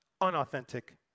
unauthentic